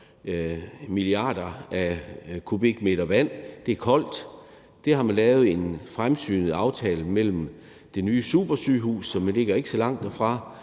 milliarder af kubikmeter vand. Det er koldt. Så man har lavet en fremsynet aftale mellem det nye supersygehus, som ligger ikke så langt derfra,